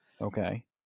Okay